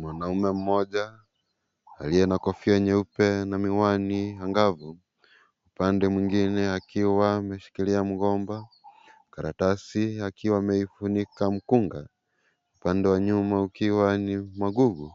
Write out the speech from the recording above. Mwaume mmoja aliye na kofia nyeupe na miwani angavu, upande mwingine akiwa ameshikilia mgomba karatasi akiwa ameifunika mkunga. Upande wa nyuma ukiwa ni magugu